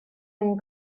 این